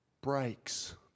breaks